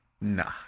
Nah